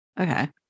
okay